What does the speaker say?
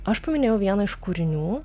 aš paminėjau vieną iš kūrinių